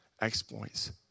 exploits